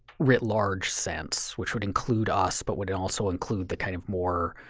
writ large sense, which would include us but would and also include the kind of more